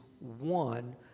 one